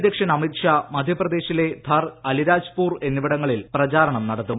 അധ്യക്ഷൻ അമിര് ഷാ മധ്യപ്രദേശിലെ ധർ അലിരാജ്പൂർ എന്നിവിടങ്ങളിൽ പ്രചാർണം നടത്തും